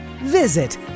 Visit